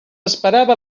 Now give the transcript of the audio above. esperava